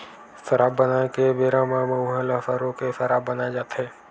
सराब बनाए के बेरा म मउहा ल सरो के सराब बनाए जाथे